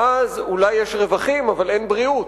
ואז אולי יש רווחים אבל אין בריאות.